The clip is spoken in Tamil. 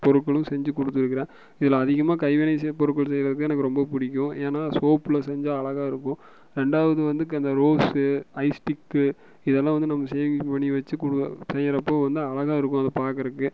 பொருட்களும் செஞ்சு கொடுத்துருக்குறேன் இதில் அதிகமாக கைவினை பொருட்கள் செய்கிறதுக்குத்தான் எனக்கு ரொம்ப பிடிக்கும் ஏன்னா சோப்பில் செஞ்சால் அழகாக இருக்கும் ரெண்டாவது வந்து அந்த ரோசு ஐஸ் ஸ்டிக்கு இதெல்லாம் வந்து நம்ம சேமிப்பு பண்ணி வச்சிக்குவேன் செய்கிறப்போ வந்து அழகாக இருக்கும் அதை பாக்குறதுக்கு